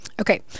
Okay